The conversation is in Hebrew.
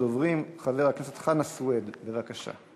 ראשון הדוברים, חבר הכנסת חנא סוייד, בבקשה.